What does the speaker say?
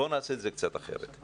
בואו נעשה את זה קצת אחרת.